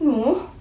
no